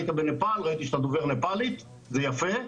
ראיתי שהיית בנפאל ושאתה דובר נפאלית וזה יפה,